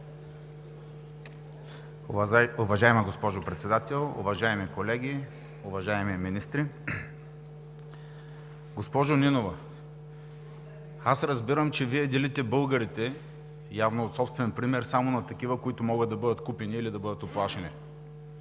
Уважаема госпожо Председател, уважаеми колеги, уважаеми министри! Госпожо Нинова, разбирам, че Вие делите българите – явно от собствен пример, само на такива, които могат да бъдат купени или да бъдат уплашени.